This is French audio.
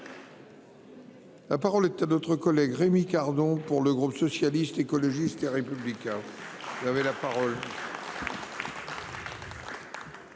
La parole est à d'autres collègues Rémi Cardon. Pour le groupe socialiste, écologiste et républicain. Madame, la